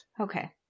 Okay